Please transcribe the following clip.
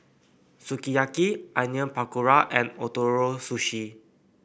Sukiyaki Onion Pakora and Ootoro Sushi